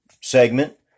segment